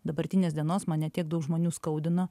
dabartinės dienos mane tiek daug žmonių skaudino